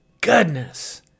Goodness